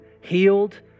healed